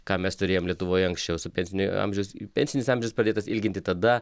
ką mes turėjom lietuvoje anksčiau su pensinio amžiaus pensinis amžius pradėtas ilginti tada